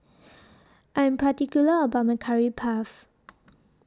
I Am particular about My Curry Puff